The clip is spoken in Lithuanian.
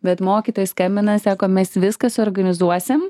bet mokytojai skambina sako mes viską suorganizuosim